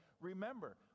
Remember